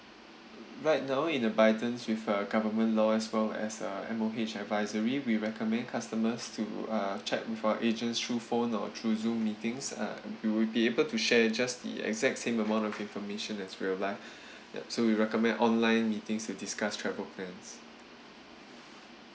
right now in abidance with uh government law as well as uh M_O_H advisory we recommend customers to uh check with our agents through phone or through Zoom meetings uh we will be able to share just the exact same amount of information as real life ya so we recommend online meetings to discuss travel plans